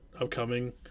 upcoming